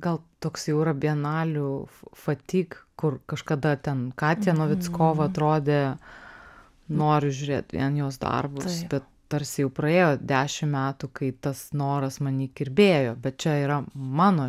gal toks jau yra bienalių fa fatik kur kažkada ten katia novickova atrodė noriu žiūrėti vien jos darbus bet tarsi jau praėjo dešimt metų kai tas noras many kirbėjo bet čia yra mano